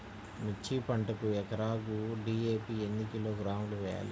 మిర్చి పంటకు ఎకరాకు డీ.ఏ.పీ ఎన్ని కిలోగ్రాములు వేయాలి?